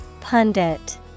Pundit